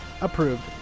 approved